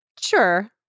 Sure